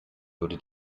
würde